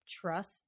trust